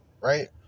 right